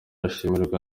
ashimirwa